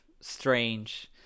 strange